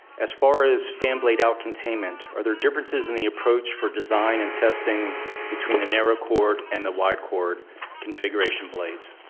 as far as fan blade out containment, are there differences in the approach for design and testing between the narrow chord and the wide chord configuration blades?